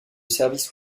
service